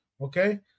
okay